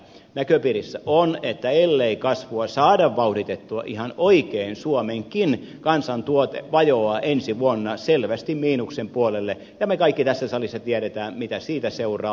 näköpiirissä on että ellei kasvua saada vauhditettua ihan oikein suomenkin kansantuote vajoaa ensi vuonna selvästi miinuksen puolelle ja me kaikki tässä salissa tiedämme mitä siitä seuraa